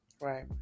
Right